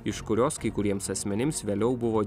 iš kurios kai kuriems asmenims vėliau buvo